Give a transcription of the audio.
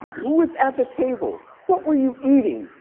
who was at the table? what were you eating?